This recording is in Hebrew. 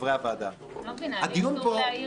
אני לא מבינה, לי אסור להעיר?